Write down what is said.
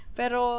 pero